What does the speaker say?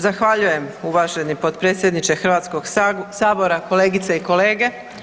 Zahvaljujem uvaženi potpredsjedniče Hrvatskog sabora, kolegice i kolege.